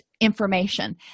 information